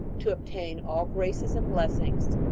to obtain all graces and blessings.